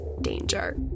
danger